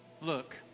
look